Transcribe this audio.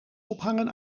ophangen